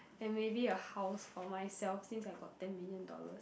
and maybe a house for myself since I got ten million dollars